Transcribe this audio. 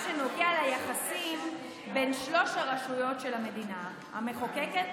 במה שנוגע ליחסים בין שלוש הרשויות של המדינה: המחוקקת,